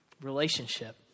relationship